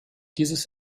dieses